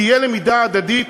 תהיה למידה הדדית,